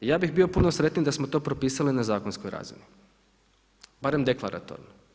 Ja bih bio puno sretniji da samo to propisali na zakonskoj razini, barem deklaratorno.